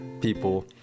people